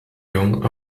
young